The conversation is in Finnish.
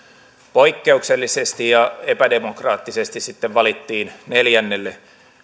poikkeuksellisesti ja epädemokraattisesti sitten valittiin neljännelle